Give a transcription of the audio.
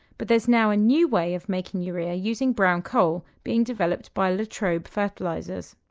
but there's now a new way of making urea using brown coal being developed by latrobe fertilisers.